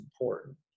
important